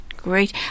great